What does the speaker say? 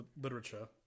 literature